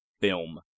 film